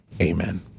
Amen